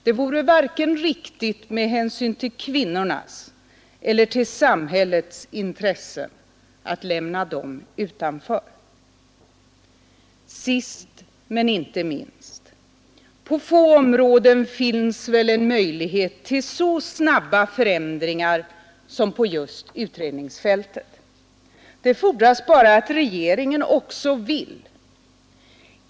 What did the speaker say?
Det vore inte riktigt med hänsyn till vare sig kvinnornas eller samhällets intressen att lämna dem utanför. Sist men inte minst! På få områden finns väl en möjlighet till så snabba förändringar som på just utredningsfältet. Det fordras bara att regeringen också vill.